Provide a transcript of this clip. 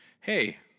Hey